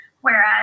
Whereas